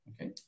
Okay